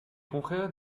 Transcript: confrères